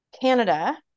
Canada